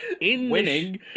winning